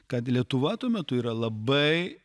kad lietuva tuo metu yra labai